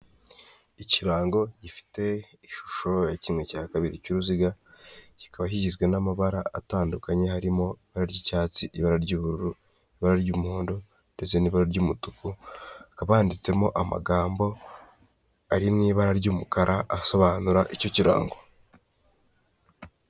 Ikirango gifite ishusho ya kimwe cya kabiri cy'uruziga kikaba kigizwe n'amabara atandukanye harimo iba ry'icyatsi ibara ry'ubururu, ibara ry'umuhondo, ndetse n'ibara ry'umutuku, hakaba handitsemo amagambo ari mu ibara ry'umukara asobanura icyo kirango.